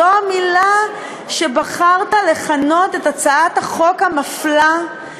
זו המילה שבה בחרת לכנות את הצעת החוק המפלה,